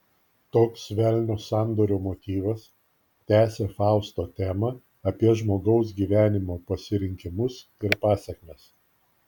toks velnio sandorio motyvas tęsia fausto temą apie žmogaus gyvenimo pasirinkimus ir pasekmes